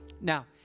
now